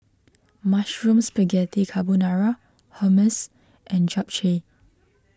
Mushroom Spaghetti Carbonara Hummus and Japchae